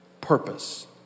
purpose